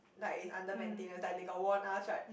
like is under maintenance like they got warn us right